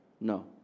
No